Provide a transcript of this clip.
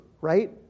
right